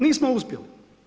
Nismo uspjeli.